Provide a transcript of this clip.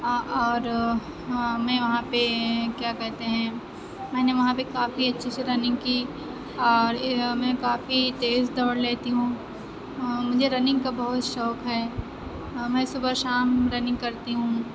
اور میں وہاں پہ کیا کہتے ہیں میں نے وہاں پہ کافی اچھے سے رننگ کی اور میں کافی تیز دوڑ لیتی ہوں مجھے رننگ کا بہت شوق ہے میں صُبح شام رننگ کرتی ہوں